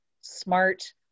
smart